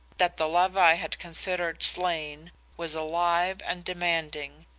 that the love i had considered slain was alive and demanding,